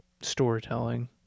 storytelling